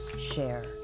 share